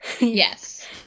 Yes